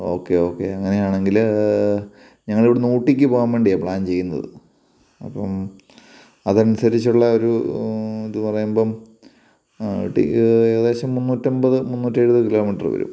okay okay അങ്ങനെയാണെങ്കില് ഞങ്ങളിവിടുന്ന് ഊട്ടിക്ക് പോകാൻ വേണ്ടിയാണ് പ്ലാൻ ചെയ്യുന്നത് അപ്പോള് അതനുസരിച്ചുള്ള ഒരു ഇത് പറയുമ്പോള് ഏകദേശം മുന്നൂറ്റമ്പത് മുന്നൂറ്റെഴുപത് കിലോ മീറ്റര് വരും